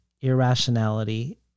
irrationality